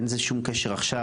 אין לזה שום קשר עכשיו,